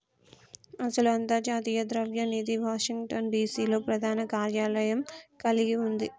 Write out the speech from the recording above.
అసలు అంతర్జాతీయ ద్రవ్య నిధి వాషింగ్టన్ డిసి లో ప్రధాన కార్యాలయం కలిగి ఉంది